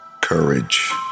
courage